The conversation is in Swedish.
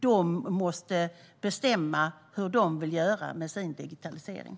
De måste bestämma hur de ska göra med sin digitalisering.